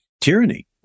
tyranny